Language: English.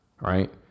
right